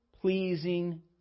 pleasing